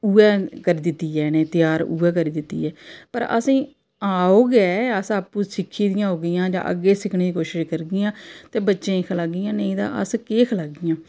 उ'ऐ करी दित्ती ऐ इ'नेंगी त्यार उ'ऐ करी दित्ती ऐ पर असेंगी आपूं औग गै असें आपूं सिक्खी दी होगी जा सिक्खने दी कोशिश करगी ते बच्चे गी खलागी निं ते अस केह् खलागी हां